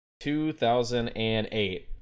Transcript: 2008